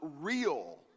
real